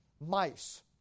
mice